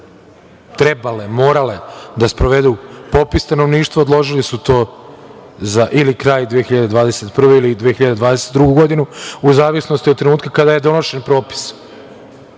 trebale, morale da sprovedu popis stanovništva odložili su to ili kraj 2021. ili 2022. godinu u zavisnosti od trenutka kada je donošen propis.